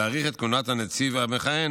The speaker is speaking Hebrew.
להאריך את כהונת הנציב המכהן,